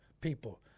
people